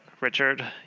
Richard